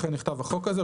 לכן נכתב החוק הזה.